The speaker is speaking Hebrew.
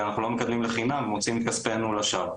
שאנחנו לא מקדמים לחינם ומוציאים את כספנו לשווא.